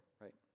right